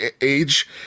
age